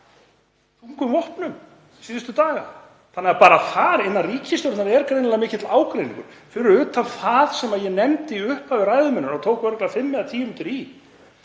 þungum vopnum síðustu daga. Þannig að bara þar, innan ríkisstjórnarinnar, er greinilega mikill ágreiningur, fyrir utan það sem ég nefndi í upphafi ræðu minnar og tók langan tíma,